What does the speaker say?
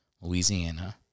Louisiana